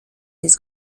his